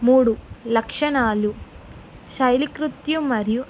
మూడు లక్షణాలు శైలికృత్యం మరియు